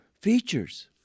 features